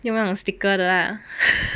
你 want 那种 sticker 的 lah